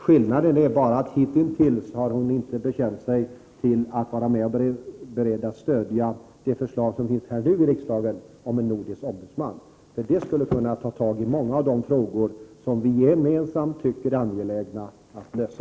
Skillnaden är att Grethe Lundblad hitintills inte har bekänt sig till att vara beredd att stödja det förslag som nu finns i riksdagen om en nordisk ombudsman. En sådan skulle kunna ta tag i sådana frågor som vi gemensamt tycker är angelägna att lösa.